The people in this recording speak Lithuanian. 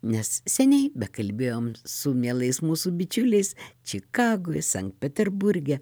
nes seniai bekalbėjom su mielais mūsų bičiuliais čikagoj sankt peterburge